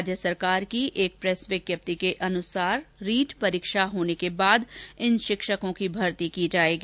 राज्य सरकार की एक प्रेस विज्ञप्ति के अनुसार रीट परीक्षा होने के बाद इन शिक्षकों की भर्ती की जायेगी